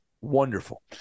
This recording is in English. Wonderful